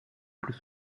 plus